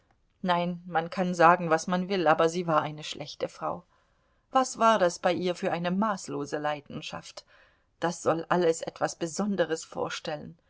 nein man mag sagen was man will aber sie war eine schlechte frau was war das bei ihr für eine maßlose leidenschaft das soll alles etwas besonderes vorstellen